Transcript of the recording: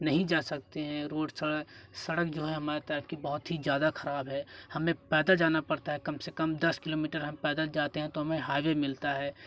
नहीं जा सकते हैं रोड सड़क जो है हमारे तरफ के बहुत ही ज्यादा खराब है हमें पैदल जाना पड़ता है कम से कम दस किलोमीटर हम पैदल जाते हैं तो हमें हाईवे मिलता है